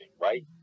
right